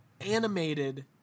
animated